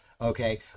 okay